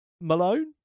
Malone